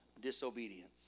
disobedience